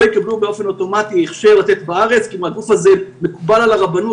יקבלו באופן אוטומטי הכשר לתת בארץ כי אם הגוף הזה מקובל על הרבנות,